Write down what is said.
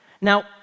Now